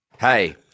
Hey